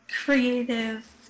creative